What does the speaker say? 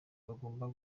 bagomba